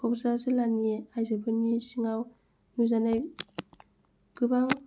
क'क्राझार जिलानि आयजोफोरनि सिङाव नुजानाय गोबां